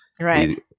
Right